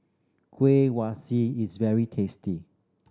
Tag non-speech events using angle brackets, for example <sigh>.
kueh <unintelligible> is very tasty